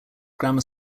grammar